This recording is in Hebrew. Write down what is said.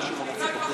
תצעק פחות.